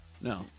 no